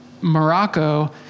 Morocco